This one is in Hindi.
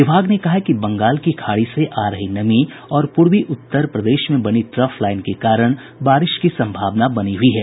विभाग ने कहा है कि बंगाल की खाड़ी से आ रही नमी और पूर्वी उत्तर प्रदेश में बनी ट्रफ लाईन के कारण बारिश की सम्भावना बनी हुई है